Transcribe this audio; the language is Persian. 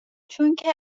چونکه